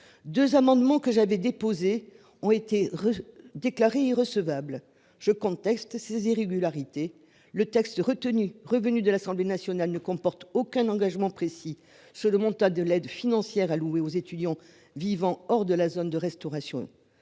2 amendements que j'avais déposé ont été. Déclarés recevables je contexte ces irrégularités. Le texte retenu revenu de l'Assemblée nationale ne comporte aucun engagement précis se demandent, as de l'aide financière allouée aux étudiants vivant hors de la zone de restauration